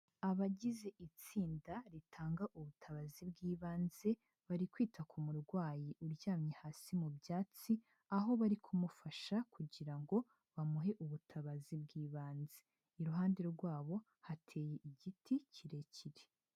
Abagize itsinda ritanga ubutabazi bw'ibanze, bari kwita ku murwayi uryamye hasi mu byatsi, aho bari kumufasha kugira ngo bamuhe ubutabazi bw'ibanze. Iruhande rwabo, hateye igiti kirekire.